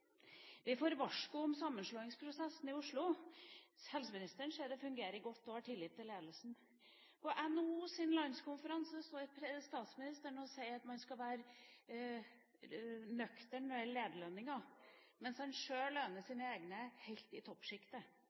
Vi får varsko om sammenslåingsprosessen i Oslo, helseministeren sier det fungerer godt og har tillit til ledelsen. På NHOs landskonferanse står statsministeren og sier at man skal være nøktern når det gjelder lederlønninger, mens han sjøl lønner sine egne helt i